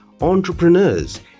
entrepreneurs